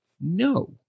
No